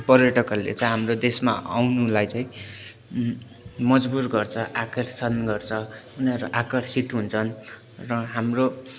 पर्यटकहरूले चाहिँ हाम्रो देशमा आउनलाई चाहिँ मजबुर गर्छ आकर्षण गर्छ उनीहरू आकर्षित हुन्छन् र हाम्रो